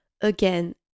Again